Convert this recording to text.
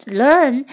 learn